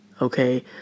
Okay